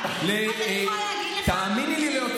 אז אני יכולה להגיד לך,